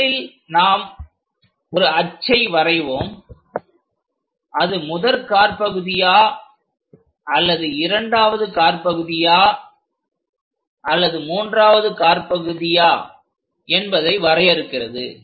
முதலில் நாம் ஒரு அச்சை வரைவோம் அது முதற் காற்பகுதியா அல்லது இரண்டாவது காற்பகுதியா அல்லது மூன்றாவது காற்பகுதியா என்பதை வரையறுக்கிறது